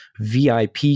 VIP